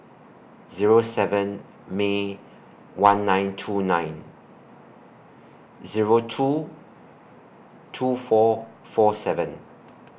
Zero seven May one nine two nine Zero two two four four seven